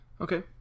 okay